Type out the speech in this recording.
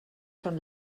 schon